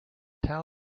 are